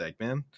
Eggman